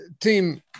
team